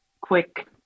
quick